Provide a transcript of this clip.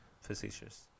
Facetious